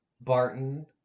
Barton